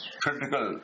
critical